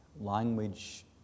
Language